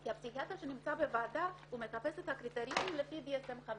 כי הפסיכיאטר שנמצא בוועדה מחפש את הקריטריונים לפי DSM5,